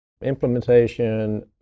implementation